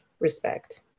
respect